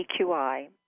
EQI